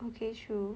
okay true